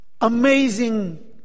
amazing